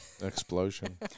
Explosion